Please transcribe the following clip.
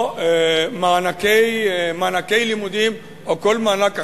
או מענקי לימודים או כל מענק אחר,